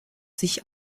sich